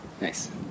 Nice